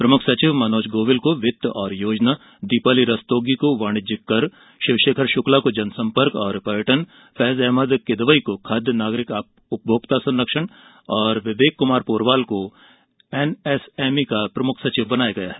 प्रमुख सचिव मनोज गोविल को वित्त और योजना दीपाली रस्तोगी को वाणिज्यिक कर शिवशेखर शुक्ला को जनसंपर्क और पर्यटन फैज अहमद किदवई को खाद्य नागरिक उपभोक्ता संरक्षण विवेक क्मार पोरवाल को एनएसएमई का प्रमुख सचिव बनाया गया है